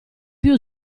più